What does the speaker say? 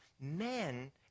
Men